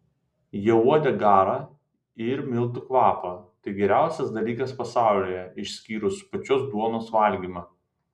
jie uodė garą ir miltų kvapą tai geriausias dalykas pasaulyje išskyrus pačios duonos valgymą